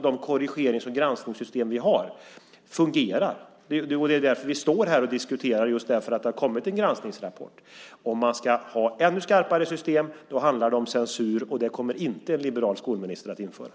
De korrigerings och granskningssystem vi har fungerar. Vi står här och diskuterar just därför att det har kommit en granskningsrapport. Om man ska ha ännu skarpare system handlar det som censur, och det kommer inte en liberal skolminister att införa.